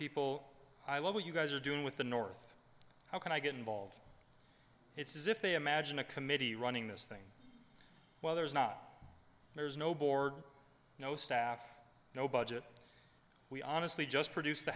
people i love what you guys are doing with the north how can i get involved it's as if they imagine a committee running this thing well there's not there's no board no staff no budget we honestly just produce